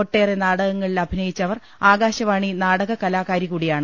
ഒട്ടേറെ നാടകങ്ങളിൽ അഭിനയിച്ച അവർ ആകാശവാണി നാടക കലാകാരി കൂടിയാണ്